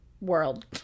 world